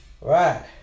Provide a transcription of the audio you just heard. Right